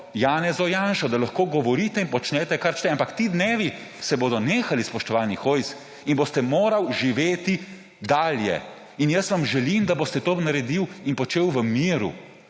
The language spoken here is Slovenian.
Janeza Janše, da lahko govorite in počnete, kar hočete. Ampak ti dnevi se bodo nehali, spoštovani Hojs, in boste morali živeti dalje. Jaz vam želim, da boste to naredili in počeli v miru,